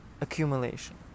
accumulation